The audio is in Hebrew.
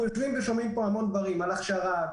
אנחנו שומעים פה המון דברים הכשרה,